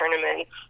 tournaments